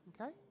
Okay